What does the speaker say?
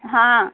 हाँ